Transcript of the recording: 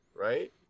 right